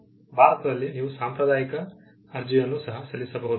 ಭಾರತದಲ್ಲಿ ನೀವು ಸಾಂಪ್ರದಾಯಿಕ ಅರ್ಜಿಯನ್ನು ಸಹ ಸಲ್ಲಿಸಬಹುದು